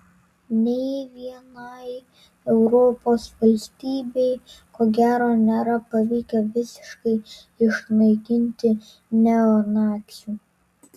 nė vienai europos valstybei ko gero nėra pavykę visiškai išnaikinti neonacių